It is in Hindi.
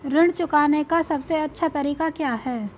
ऋण चुकाने का सबसे अच्छा तरीका क्या है?